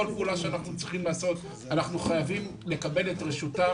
כל פעולה שאנחנו צריכים לעשות אנחנו חייבים לקבל את רשותם,